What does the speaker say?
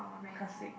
cause it